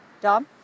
Dom